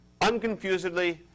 unconfusedly